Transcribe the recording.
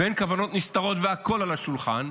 ואין כוונות נסתרות והכול על השולחן,